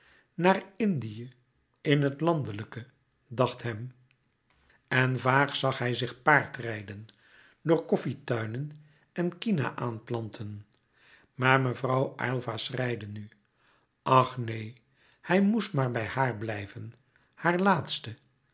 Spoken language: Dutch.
naar indië in het landelijke dacht hem en vaag zag hij zich paardrijden door koffietuinen en kina aanplanten maar mevrouw aylva schreide nu ach neen hij moest maar bij haar blijven haar laatste